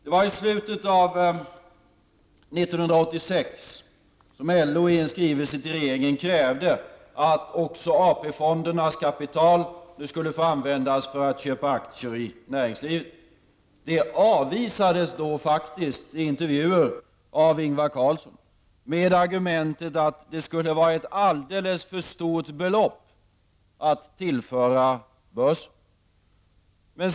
Det var i slutet av 1986 som LO i en skrivelse till regeringen krävde att också AP-fondernas kapital nu skulle få användas för köp av aktier i näringslivet. Ingvar Carlsson avvisade faktiskt i intervjuer detta med argumentet att det skulle vara ett alldeles för stort belopp att tillföra börsen.